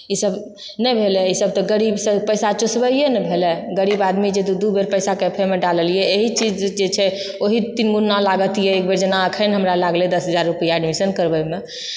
ई सब नहि भेलै ई सब तऽ गरीबसँ पैसा चुसबैये ने भेलै गरीब आदमी जे दू दू बेर पैसा कैफेमे डाललियै एहि चीज जे छै ओहि तीनगुणा लागतियै एक बेर जेना अखनि हमरा लागलै दश हजार रुपआ एडमिशन करबैमे